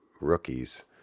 rookies